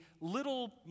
little